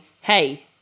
Hey